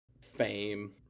fame